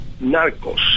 narcos